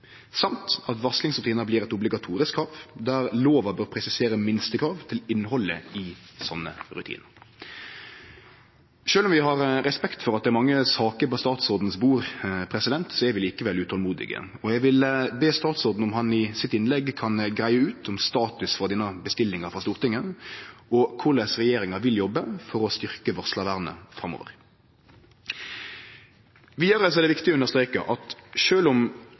samt at varslingsrutinar blir eit obligatorisk krav der lova bør presisere minstekrav til innhaldet i slike rutinar. Sjølv om vi har respekt for at det er mange saker på statsrådens bord, er vi likevel utolmodige. Eg vil be statsråden om han i sitt innlegg kan greie ut om status for denne bestillinga frå Stortinget, og om korleis regjeringa vil jobbe for å styrkje varslarvernet framover. Vidare er det viktig å understreke at sjølv om